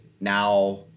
now